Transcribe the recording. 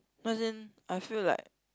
no as in I feel like